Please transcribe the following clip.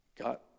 got